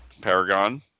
Paragon